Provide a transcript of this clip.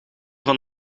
van